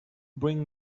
bring